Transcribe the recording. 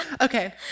okay